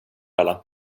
alla